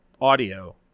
audio